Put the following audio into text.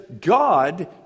God